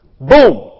Boom